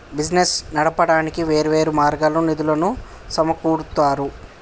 business నడపడానికి వేర్వేరు మార్గాల్లో నిధులను సమకూరుత్తారు